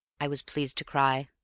i was pleased to cry.